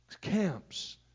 camps